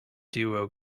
duo